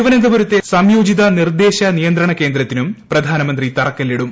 തിരുവനന്തപുരത്തെ സംയോജിത നിർദ്ദേശ നിയന്ത്രണ്ട് കേന്ദ്രത്തിനും പ്രധാനമന്ത്രി തറക്കല്ലിടും